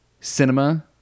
cinema